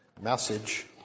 message